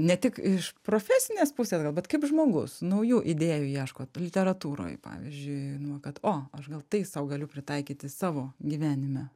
ne tik iš profesinės pusės gal bet kaip žmogus naujų idėjų ieškot literatūroj pavyzdžiui kad o aš gal tai sau galiu pritaikyti savo gyvenime